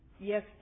Yes